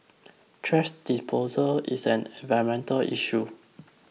thrash disposal is an environmental issue